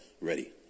ready